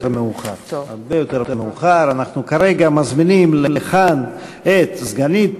כרגע אנחנו מזמינים לכאן את סגנית